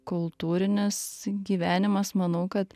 kultūrinis gyvenimas manau kad